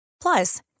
Plus